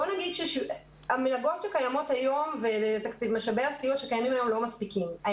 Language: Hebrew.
בואו נגיד שהמלגות שקיימות היום ומשאבי הסיוע שקיימים היום לא מספיקים.